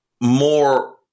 more